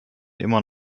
immer